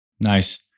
Nice